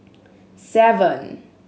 seven